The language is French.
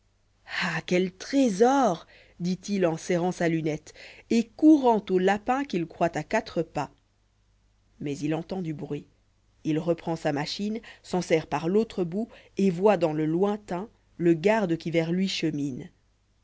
ah quel trésor dit-il en serrant sa lunette et courant au lapin qu'il croit à quatre pas mais il entend du bruit il reprend sa machine s'en sert par l'autre bout et voit dans le lointain le garde qui vers lui chemine